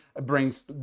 brings